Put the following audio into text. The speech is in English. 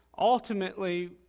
Ultimately